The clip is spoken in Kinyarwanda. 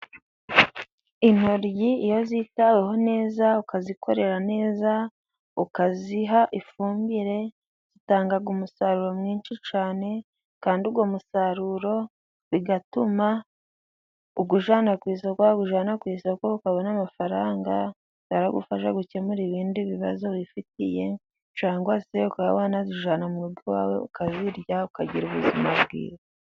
Intoryi iyo zitaweho neza， ukazikorera neza，ukaziha ifumbire， zitanga umusaruro mwinshi cyane， kandi uwo musaruro bigatuma uwujyana ku isoko，wawujyana ku isoko，ukabona amafaranga aragufasha gukemura ibindi bibazo wifitiye， cyangwa se ukaba wanazijyana mu rugo iwawe，ukazirya， ukagira ubuzima bwiza.